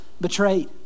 betrayed